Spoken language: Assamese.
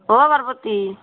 অঁ পাৰ্বতী